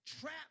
trap